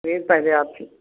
फिर पहले आप